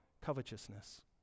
covetousness